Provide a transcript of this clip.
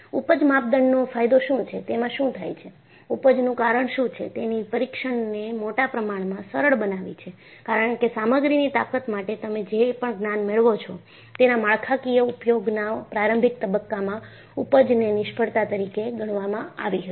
ઊપજ માપદંડનો ફાયદો શું છે તેમાં શું થાય છે ઊપજનું કારણ શું છે તેની પરીક્ષણ ને મોટા પ્રમાણમાં સરળ બનાવી છે કારણ કે સામગ્રીની તાકત માટે તમે જે પણ જ્ઞાન મેળવો છો તેના માળખાકીય ઉપયોગના પ્રારંભિક તબક્કામાં ઊપજ ને નિષ્ફળતા તરીકે ગણવામાં આવી હતી